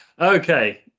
okay